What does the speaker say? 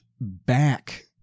back